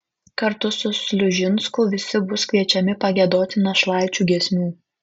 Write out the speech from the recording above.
kartu su sliužinsku visi bus kviečiami pagiedoti našlaičių giesmių